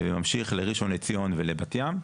ממשיך לראשון לציון ולבת ים.